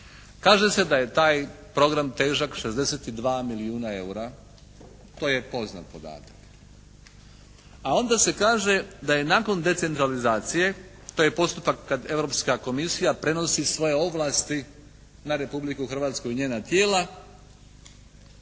kaže se da je taj program težak 62 milijuna EUR-a. To je poznat podatak. A onda se kaže da je nakon decentralizacije, to je postupak kad Europska komisija prenosi svoje ovlasti na Republiku Hrvatsku i njena tijela